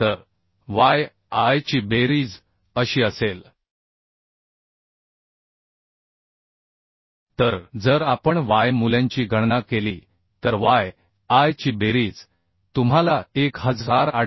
तर y i ची बेरीज अशी असेल तर जर आपण त्या मूल्यांची गणना केली तर y i ची बेरीज तुम्हाला 1828